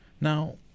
now